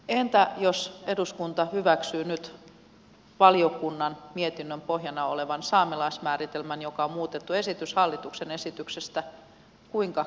entä jos eduskunta hyväksyy nyt valiokunnan mietinnön pohjana olevan saamelaismääritelmän joka on muutettu esitys hallituksen esityksestä kuinka käy ilon